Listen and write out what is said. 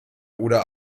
oder